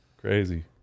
Crazy